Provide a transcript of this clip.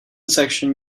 section